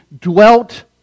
dwelt